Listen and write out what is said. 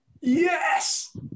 Yes